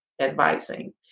advising